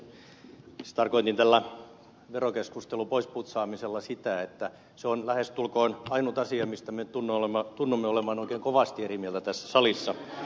siis tarkoitin tällä verokeskustelun poisputsaamisella sitä että se on lähestulkoon ainut asia mistä me tunnumme olevan oikein kovasti eri mieltä tässä salissa